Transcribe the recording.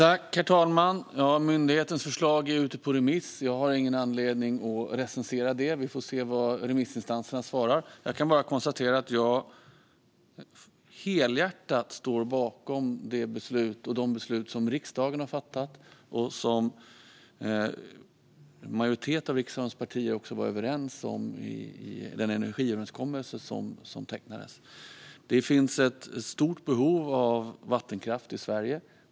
Herr talman! Myndighetens förslag är ute på remiss. Jag har ingen anledning att recensera det. Vi får se vad remissinstanserna svarar. Jag kan bara konstatera att jag helhjärtat står bakom de beslut som riksdagen har fattat och som en majoritet av riksdagens partier var överens om i den energiöverenskommelse som tecknades. Det finns ett stort behov av vattenkraft i Sverige.